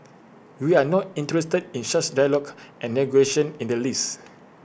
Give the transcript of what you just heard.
we are not interested in such dialogue and negotiations in the least